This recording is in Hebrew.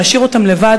להשאיר אותן לבד.